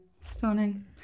stunning